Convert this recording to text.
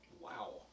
Wow